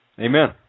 Amen